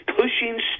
pushing